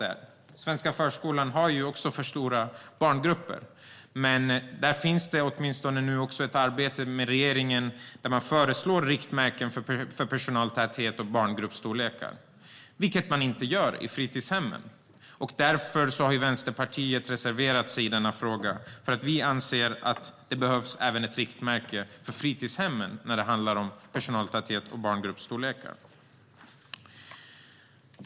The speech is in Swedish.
Den svenska förskolan har för stora barngrupper, men nu finns åtminstone ett arbete där regeringen föreslår riktmärken för personaltäthet och barngruppsstorlekar. Det gör man inte för fritidshemmen, och Vänsterpartiet har därför reserverat sig i denna fråga. Vi anser att riktmärken för personaltäthet och barngruppsstorlekar behövs även för fritidshemmen.